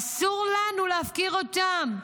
אסור לנו להפקיר אותם.